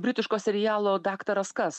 britiško serialo daktaras kas